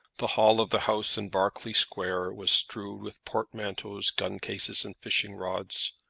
the hall of the house in berkeley square was strewed with portmanteaus, gun-cases, and fishing-rods,